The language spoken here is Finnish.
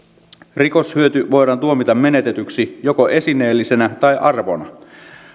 rikoshyöty voidaan tuomita menetetyksi joko esineellisenä tai arvona